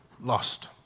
lost